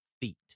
feet